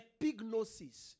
epignosis